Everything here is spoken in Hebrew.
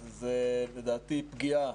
לדעתי זאת פגיעה